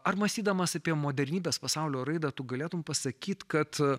ar mąstydamas apie modernybės pasaulio raidą tu galėtum pasakyt kad